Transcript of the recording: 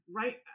right